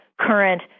current